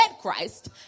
Christ